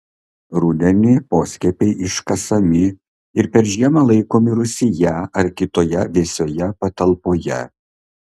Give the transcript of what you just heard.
rudenį poskiepiai iškasami ir per žiemą laikomi rūsyje ar kitoje vėsioje patalpoje